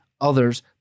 others